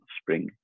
spring